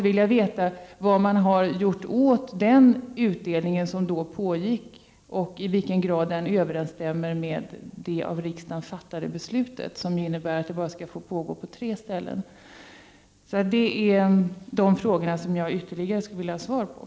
Vad har man gjort åt den utdelning som då pågick? I vilken grad överensstämmer den med det av riksdagen fattade beslutet, som innebär att utdelning bara skall få ske på tre ställen?